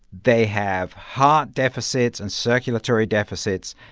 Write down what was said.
they have heart deficits and circulatory deficits.